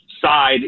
side